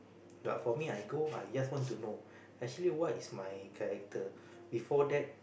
but for me I go I just want to know actually what's my character before that